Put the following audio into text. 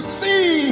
see